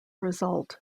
result